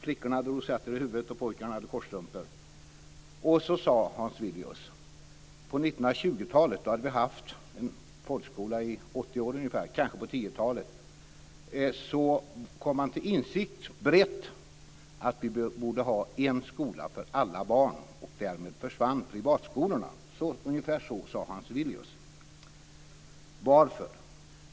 Flickorna hade rosetter i håret och pojkarna hade kortstrumpor. Så sade Hans Villius ungefär så här: På 1920-talet - då hade vi haft en folkskola i ungefär 80 år - kom man brett till insikt om att vi borde ha en skola för alla barn, och därmed försvann privatskolorna. Varför?